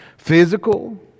Physical